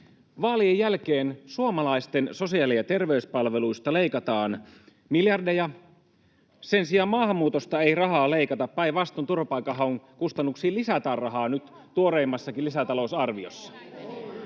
Vaalien jälkeen suomalaisten sosiaali- ja terveyspalveluista leikataan miljardeja. Sen sijaan maahanmuutosta ei rahaa leikata, päinvastoin turvapaikanhaun kustannuksiin lisätään rahaa nyt tuoreimmassakin lisätalousarviossa.